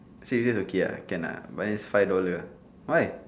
so you just okay ah can lah but then is five dollar why